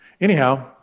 Anyhow